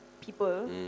people